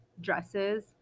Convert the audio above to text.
dresses